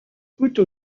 coûte